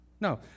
No